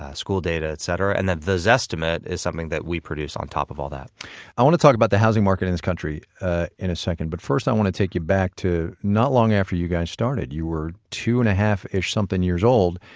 school data, etc. and then the zestimate is something that we produce on top of all that i want to talk about the housing market in this country ah in a second, but first i want to take you back to not long after you guys started. you were two and a half-ish something years old,